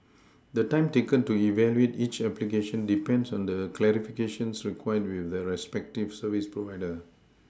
the time taken to evaluate each application depends on the clarifications required with the respective service provider